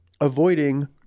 avoiding